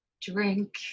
drink